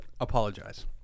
Apologize